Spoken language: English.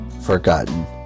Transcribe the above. forgotten